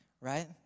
right